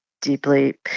deeply